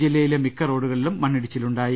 ജില്ലയിലെ മിക്ക റോഡുകളിലും മണ്ണിടിച്ചിലുണ്ടായി